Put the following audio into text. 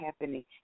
happening